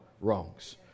wrongs